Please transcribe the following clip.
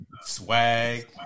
swag